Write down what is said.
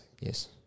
Yes